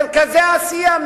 מרכזי עשייה,